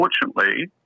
unfortunately